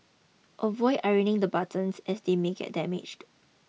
avoid ironing the buttons as they may get damaged